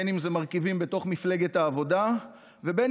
אם זה מרכיבים בתוך מפלגת העבודה ואם